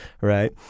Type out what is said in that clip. right